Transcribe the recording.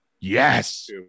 Yes